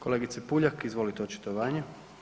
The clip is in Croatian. Kolegice Puljak, izvolite očitovanje.